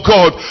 God